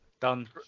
done